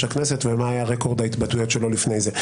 הכנסת ומה היה רקורד ההתבטאויות שלו לפני זה.